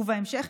ובהמשך,